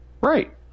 Right